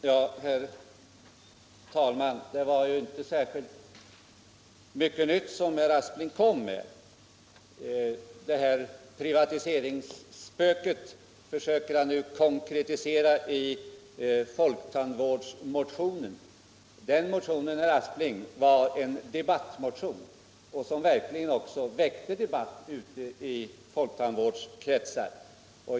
Herr talman! Det var inte särskilt mycket nytt som herr Aspling kom med. Privatiseringsspöket försöker han nu konkretisera i folktandvårdsmotionen. Den motionen, herr Aspling, var en debattmotion. Den väckte också verkligen debatt i folktandvårdskretsar.